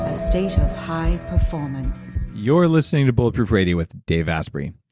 ah station of high performance you're listening to bulletproof radio with dave asprey.